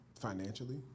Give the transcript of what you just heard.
financially